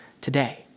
today